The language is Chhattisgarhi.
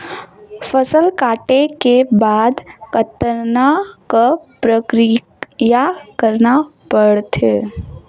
फसल काटे के बाद कतना क प्रक्रिया करना पड़थे?